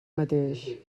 mateix